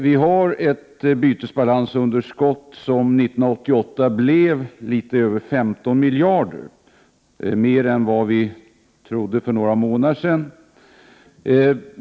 Vi har ett bytesbalansunderskott som 1988 blev litet över 15 miljarder, vilket är mer än vad vi trodde för några månader sedan.